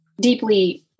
deeply